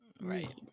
Right